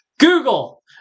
google